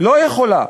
לא יכולה